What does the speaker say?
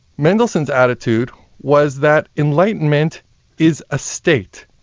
mendelssohn's attitude was that enlightenment is a state.